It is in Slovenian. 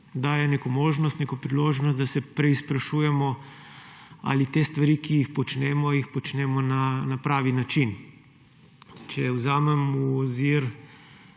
dajejo neko možnost, neko priložnost, da se preizprašujemo, ali te stvari, ki jih počnemo, počnemo na pravi način. Če vzamem v ozir